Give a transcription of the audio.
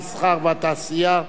המסחר והתעשייה.